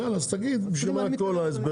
אז יאללה אז תגיד, בשביל מה כל ההסברים?